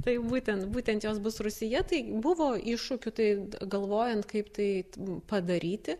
tai būtent būtent jos bus rūsyje tai buvo iššūkių tai galvojant kaip tai padaryti